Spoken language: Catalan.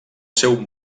seu